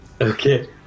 Okay